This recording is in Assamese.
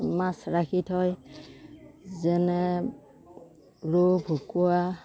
মাছ ৰাখি থয় যেনে ৰৌ ভকুৱা